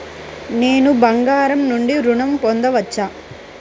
నేను బంగారం నుండి ఋణం పొందవచ్చా?